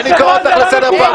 אני נשארת פה.